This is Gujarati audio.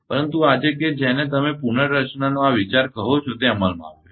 પરંતુ આજે કે જેને તમે પુનર્રચનાનો આ વિચાર કહો છો તે અમલમાં આવ્યો છે